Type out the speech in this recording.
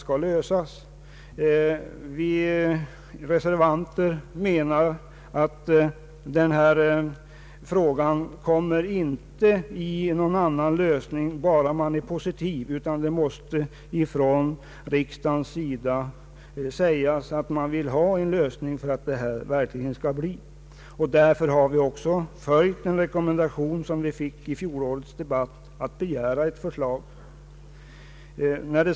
Vi reservanter anser att man inte kommer till någon lösning bara genom att vara positiv. Riksdagen måste uttala att den önskar en lösning. Därför har vi motionärer också följt den rekommendation som vi fick i fjolårets debatt och begärt ett förslag.